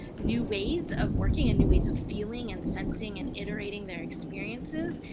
new ways of working and new ways of feeling and sensing and iterating their experiences.